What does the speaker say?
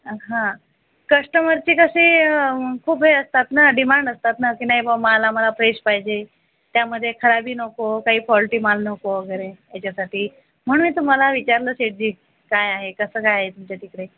हा कस्टमरची कशी खूप हे असतात ना डिमांड असतात ना की नाही बुवा माल आम्हाला फ्रेश पाहिजे त्यामध्ये खराबी नको काही फॉल्टी माल नको वगैरे ह्याच्यासाठी म्हणून मी तुम्हाला विचारलं शेटजी काय आहे कसं काय आहे तुमच्या तिकडे